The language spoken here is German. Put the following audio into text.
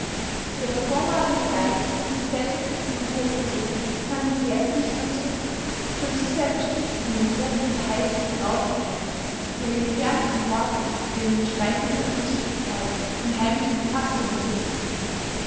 zu ihrer vormaligen leichten gesellschaftlichen konversation fanden sie jetzt nicht mehr zurück schon zu sehr verstrickt in dem ton der heißen vertraulichkeiten jener gefährlichen worte in denen die schmeichelnde unzüchtigkeit von heimlichen betastungen zittert